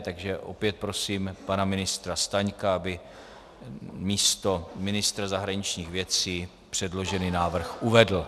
Takže opět prosím pana ministra Staňka, aby místo ministra zahraničních věcí předložený návrh uvedl.